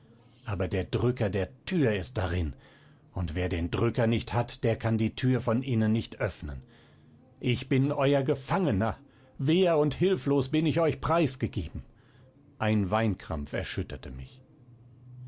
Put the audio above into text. aber der drücker der tür ist darin und wer den drücker nicht hat der kann die tür von innen nicht öffnen ich bin euer gefangener wehr und hilflos bin ich euch preisgegeben ein weinkrampf erschütterte mich